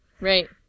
Right